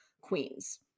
queens